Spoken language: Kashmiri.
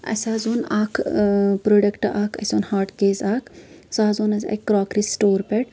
اَسہِ حظ اوٚن اکھ پروڈکٹ اکھ اَسہِ اوٚن ہاٹ کیس اکھ سُہ حظ اوٚن اَسہِ اَکہِ کراکری سٹور پٮ۪ٹھ